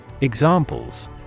Examples